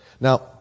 Now